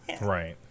Right